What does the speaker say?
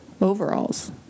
overalls